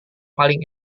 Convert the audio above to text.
paling